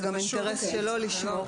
זה גם אינטרס שלו לשמור.